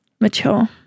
Mature